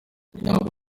ntabwo